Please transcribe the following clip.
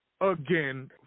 again